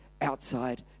outside